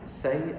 Say